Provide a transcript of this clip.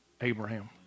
Abraham